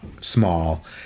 small